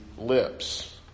lips